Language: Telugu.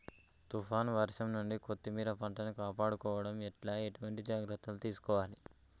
తుఫాన్ వర్షం నుండి కొత్తిమీర పంటను కాపాడుకోవడం ఎట్ల ఎటువంటి జాగ్రత్తలు తీసుకోవాలే?